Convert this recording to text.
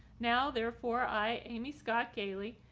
now therefore i amy scott gailey,